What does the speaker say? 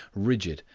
rigid,